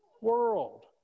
world